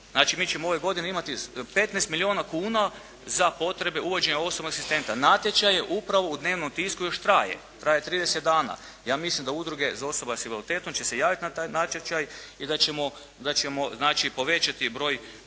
Znači, mi ćemo ove godine imati 15 milijuna kuna za potrebe uvođenja osobnog asistenta. Natječaj je upravo u dnevnom tisku i još traje, traje 30 dana. Ja mislim da udruge za osobe s invaliditetom će se javiti na taj natječaj i da ćemo povećati broj